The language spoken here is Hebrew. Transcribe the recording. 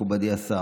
מכובדי השר,